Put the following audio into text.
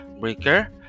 Breaker